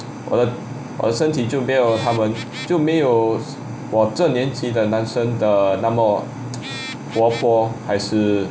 我的我的身体就没有他们就没有我这年纪的男生的那么 活佛还是